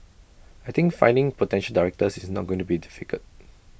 I think finding potential directors is not going to be difficult